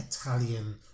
Italian